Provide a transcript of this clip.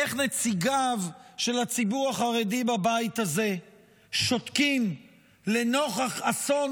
איך נציגיו של הציבור החרדי בבית הזה שותקים לנוכח אסון